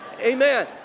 Amen